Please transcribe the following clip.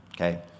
okay